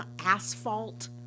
asphalt